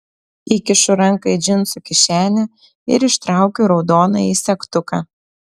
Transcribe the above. įkišu ranką į džinsų kišenę ir ištraukiu raudonąjį segtuką